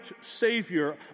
Savior